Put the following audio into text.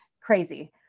Crazy